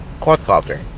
quadcopter